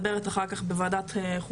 שנדע איך לקדם ולהניע את הדבר הזה קדימה כדי